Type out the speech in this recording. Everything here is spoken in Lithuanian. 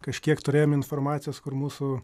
kažkiek turėjom informacijos kur mūsų